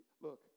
look